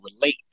relate